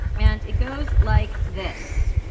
and it goes like this.